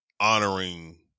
honoring